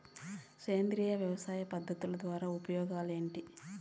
సేంద్రియ వ్యవసాయ పద్ధతుల ద్వారా ఉపయోగాలు ఏంటి?